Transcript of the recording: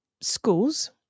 schools